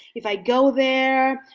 if i go there,